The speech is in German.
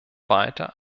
weiter